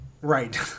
Right